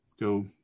go